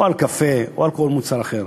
וכן קפה או כל מוצר אחר?